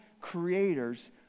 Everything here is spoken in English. creators